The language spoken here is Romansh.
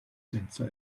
senza